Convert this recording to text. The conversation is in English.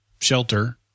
shelter